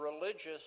religious